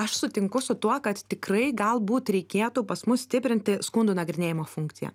aš sutinku su tuo kad tikrai galbūt reikėtų pas mus stiprinti skundų nagrinėjimo funkciją